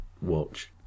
watch